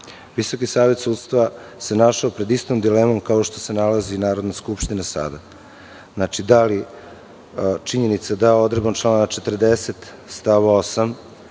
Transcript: Visoki savet sudstva se našao pred istom dilemom kao što se nalazi i Narodna skupština sada. Znači, da li činjenica da odredbom člana 40. stav 8.